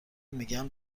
میگن